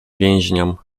więźniom